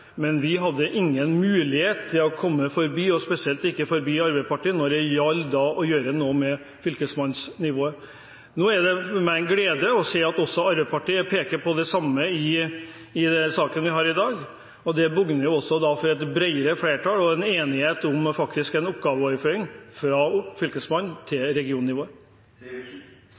men vi hadde ingen mulighet til å komme forbi, og spesielt ikke forbi Arbeiderpartiet, når det gjaldt å gjøre noe med fylkesmannsnivået. Nå er det meg en glede å se at også Arbeiderpartiet peker på det samme i den saken vi har i dag. Det borger også for et bredere flertall og en enighet om en oppgaveoverføring fra Fylkesmannen til